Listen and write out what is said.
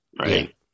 right